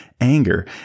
anger